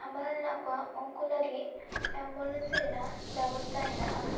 ᱦᱟᱢᱟᱞ ᱦᱮᱱᱟᱜ ᱠᱚᱣᱟ ᱩᱱᱠᱩ ᱞᱟᱹᱜᱤᱫ ᱮᱢᱵᱩᱞᱮᱱᱥ ᱨᱮᱱᱟᱜ ᱵᱮᱵᱚᱥᱛᱟ ᱦᱮᱱᱟᱜᱼᱟ